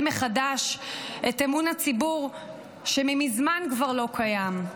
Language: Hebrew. מחדש את אמון הציבור שמזמן כבר לא קיים.